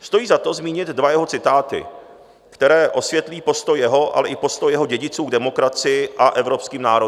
Stojí za to zmínit dva jeho citáty, které osvětlí postoj jeho, ale i jeho dědiců k demokracii a evropským národům.